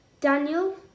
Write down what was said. Daniel